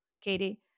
Katie